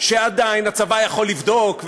לעובדה שעדיין הצבא יכול לבדוק,